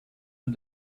and